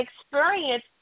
experience